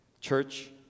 Church